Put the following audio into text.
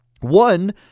One